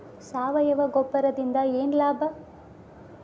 ಸಾವಯವ ಗೊಬ್ಬರದಿಂದ ಏನ್ ಲಾಭ?